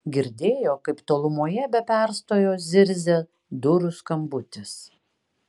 girdėjo kaip tolumoje be perstojo zirzia durų skambutis